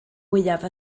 mwyaf